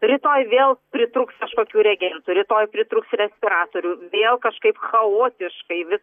rytoj vėl pritrūks kažkokių reagentų rytoj pritrūks respiratorių vėl kažkaip chaotiškai vis